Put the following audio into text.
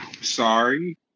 Sorry